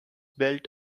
built